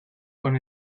con